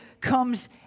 comes